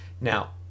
Now